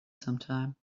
sometime